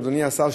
אדוני השר,